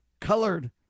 colored